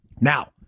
now